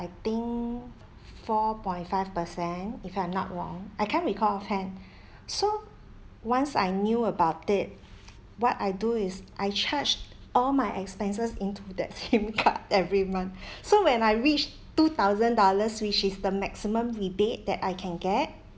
I think four point five percent if I'm not wrong I can't recall offhand so once I knew about it what I do is I charged all my expenses into that same card every month so when I reach two thousand dollars which is the maximum rebate that I can get